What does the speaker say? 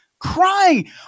crying